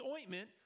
ointment